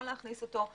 להכניס את הסעיף הזה,